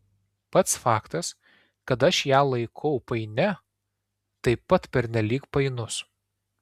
pats faktas kad aš ją laikau painia taip pat pernelyg painus